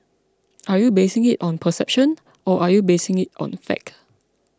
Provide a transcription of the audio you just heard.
are you basing it on perception or are you basing it on the fact